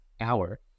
hour